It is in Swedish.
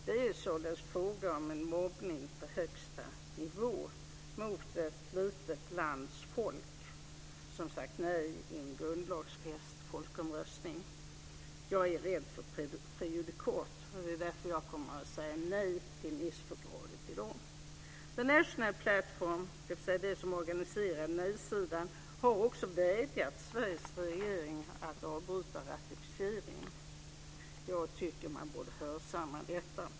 Det är således fråga om en mobbning på högsta nivå mot ett litet land och ett litet lands befolkning som sagt nej i en grundlagsfäst folkomröstning. Jag är rädd för prejudikat. Därför kommer jag att rösta nej till Nicefördraget i dag. The National Plattform, dvs. de som organiserade nejsidan, har vädjat till Sveriges regering att avbryta ratificeringen. Jag tycker att man borde hörsamma detta.